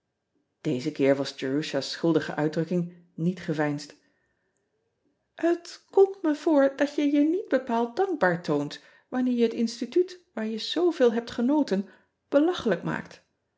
eze keer was erusha s schuldige uitdrukking niet geveinsd et komt me voor dat je je niet bepaald dankbaar toont wanneer je het instituut waar je zooveel hebt genoten belachelijk maakt